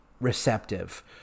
receptive